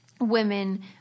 women